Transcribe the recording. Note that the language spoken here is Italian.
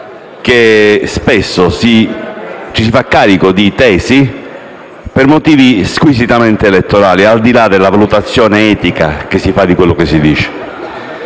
che spesso ci si fa carico di tesi per motivi squisitamente elettorali, al di là della valutazione etica che sì fa di quello che si dice.